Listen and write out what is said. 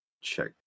check